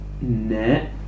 net